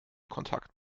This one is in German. kontakt